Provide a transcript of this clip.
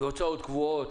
והוצאות קבועות